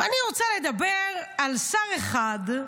ואני רוצה לדבר על שר אחד,